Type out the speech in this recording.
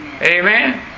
Amen